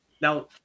Now